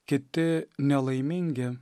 kiti nelaimingi